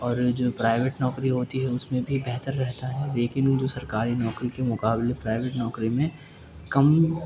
اور یہ جو پرائیوٹ نوکری ہوتی ہے اس میں بھی بہتر رہتا ہے لیکن وہ جو سرکاری نوکری کے مقابلے پرائیوٹ نوکری میں کم